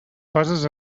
coses